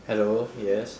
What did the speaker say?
hello yes